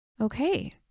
Okay